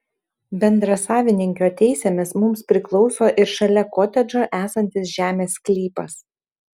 bendrasavininkio teisėmis mums priklauso ir šalia kotedžo esantis žemės sklypas